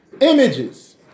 images